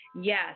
Yes